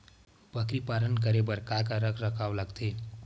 बकरी पालन करे बर काका रख रखाव लगथे?